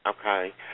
okay